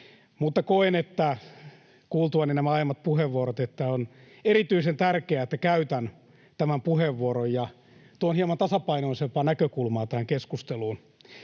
koen, että kuultuani nämä aiemmat puheenvuorot, on erityisen tärkeää, että käytän tämän puheenvuoron ja tuon hieman tasapainoisempaa näkökulmaa tähän keskusteluun.